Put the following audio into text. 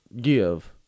give